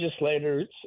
legislators